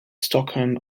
stockholm